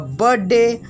birthday